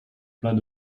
plats